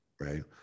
Right